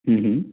ਹਮ ਹਮ